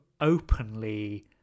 openly